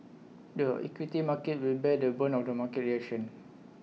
the equity market will bear the brunt of the market reactions